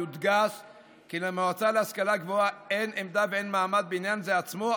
יודגש כי למועצה להשכלה גבוהה אין עמדה ואין מעמד בעניין זה עצמו,